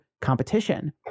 competition